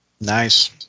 nice